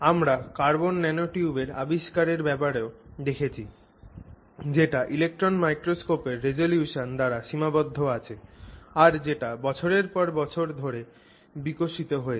আমরা কার্বন ন্যানোটিউবের আবিষ্কারের ব্যাপারেও দেখেছি যেটা ইলেক্ট্রন মাইক্রোস্কোপের রেজোলিউশন দ্বারা সীমাবদ্ধ আছে আর যেটা বছরের পর বছর ধরে বিকশিত হয়েছে